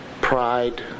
pride